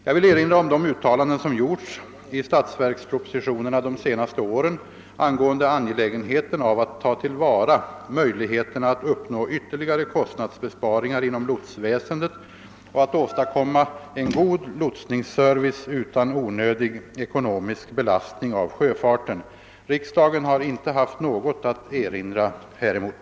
Jag vill erinra om de uttalanden som gjorts i statsverkspropositionerna de senaste åren angående angelägenheten av att ta tillvara möjligheterna att uppnå ytterligare kostnadsbesparingar inom lotsväsendet och att åstadkomma en god lotsningsservice utan onödig ekonomisk belastning av «sjöfarten. Riksdagen har inte haft något att erinra häremot.